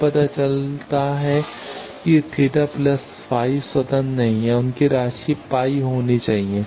यह पता चला है कि θ φ स्वतंत्र नहीं हैं उनकी राशि π होनी चाहिए